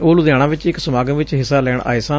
ਉਹ ਲੁਧਿਆਣਾ ਚ ਇਕ ਸਮਾਗਮ ਵਿਚ ਹਿੱਸਾ ਲੈਣ ਆਏ ਸਨ